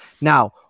Now